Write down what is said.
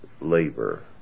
labor